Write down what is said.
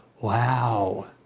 wow